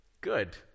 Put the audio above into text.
good